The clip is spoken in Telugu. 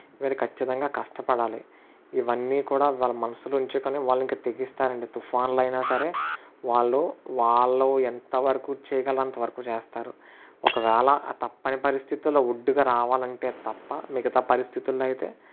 వీరు ఖచ్చితంగా కష్టపడాలి ఇవన్నీ కూడా వాళ్ళ మనసులో ఉంచుకొని వాళ్ళింక తెగిస్తారండి తుఫానులైనా సరే వాళ్ళు వాళ్ళు ఎంతవరకు చేయగలరు అంతవరకు చేస్తారు ఒకవేళ తప్పని పరిస్థితుల్లో ఉడ్డుకు రావాలంటే తప్ప మిగతా పరిస్థితిల్లో అయితే